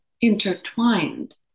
intertwined